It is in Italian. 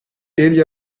egli